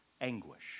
anguish